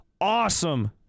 awesome